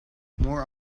more